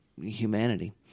humanity